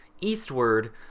eastward